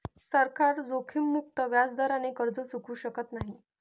सरकार जोखीममुक्त व्याजदराने कर्ज चुकवू शकत नाही